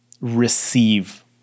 receive